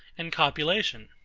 and copulation.